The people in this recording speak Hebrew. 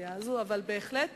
בסוגיה הזאת, אבל בהחלט